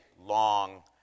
long